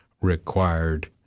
required